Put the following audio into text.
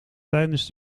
tijdens